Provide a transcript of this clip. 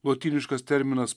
lotyniškas terminas